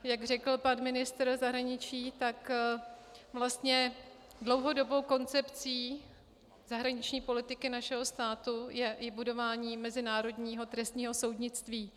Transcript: Jak řekl pan ministr zahraničí, tak dlouhodobou koncepcí zahraniční politiky našeho státu je budování mezinárodního trestního soudnictví.